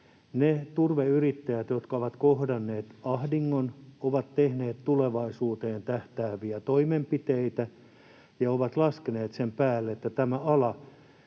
Ne turveyrittäjät, jotka ovat kohdanneet ahdingon, ovat tehneet tulevaisuuteen tähtääviä toimenpiteitä ja ovat laskeneet sen päälle, että tämä ala